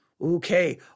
Okay